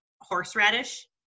horseradish